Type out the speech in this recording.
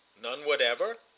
none whatever?